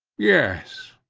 yes.